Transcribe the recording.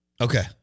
Okay